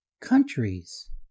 countries